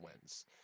wins